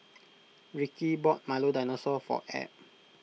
Ricky bought Milo Dinosaur for Ab